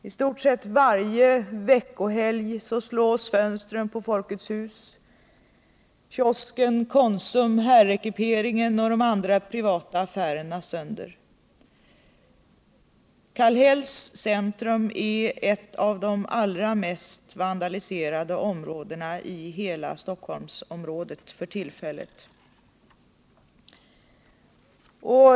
I stort sett varje veckohelg slås fönstren på Folkets hus ut, kiosken, Konsum, herrekiperingen och de andra privata affärerna slås sönder. Kallhälls centrum är ett av de allra mest vandaliserade områdena i hela Stockholmsområdet för tillfället.